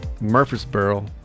Murfreesboro